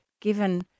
given